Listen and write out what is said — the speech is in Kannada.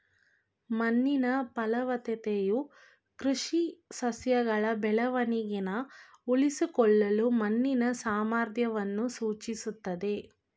ಮಣ್ಣಿನ ಫಲವತ್ತತೆಯು ಕೃಷಿ ಸಸ್ಯಗಳ ಬೆಳವಣಿಗೆನ ಉಳಿಸ್ಕೊಳ್ಳಲು ಮಣ್ಣಿನ ಸಾಮರ್ಥ್ಯವನ್ನು ಸೂಚಿಸ್ತದೆ